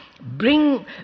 bring